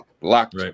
locked